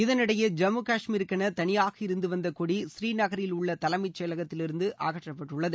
இதனிஎடயே ஜம்மு கஷ்மீருக்கென தனிபாக இருந்துவந்த கொடி ஸ்ரீநகரில் உள்ள தலைமை செயலகத்திலிருந்து அகற்றப்பட்டுள்ளது